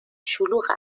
شلوغ